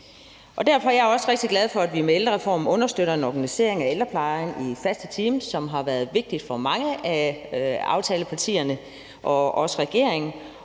Derfor er jeg også rigtig glad for, at vi med ældrereformen understøtter en organisering af ældreplejen i faste teams, hvilket har været vigtigt for mange af aftalepartierne og også for regeringen.